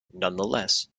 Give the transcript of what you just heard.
nonetheless